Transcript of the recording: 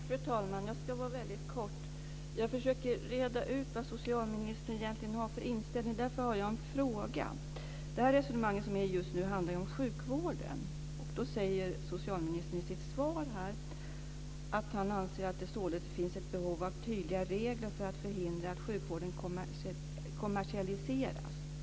Fru talman! Jag ska vara kortfattad. Jag försöker reda ut vad socialministern egentligen har för inställning. Därför har jag några frågor. Det här resonemanget som förs just nu handlar ju om sjukvården. Socialministern säger i sitt svar att han anser att det således finns ett behov av tydliga regler för att förhindra att sjukvården kommersialiseras.